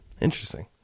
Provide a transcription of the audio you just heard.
interesting